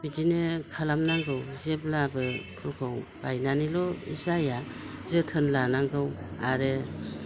बिदिनो खालामनांगौ जेब्लाबो फुलखौ गायनानैल' जाया जोथोन लानांगौ आरो